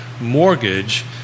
mortgage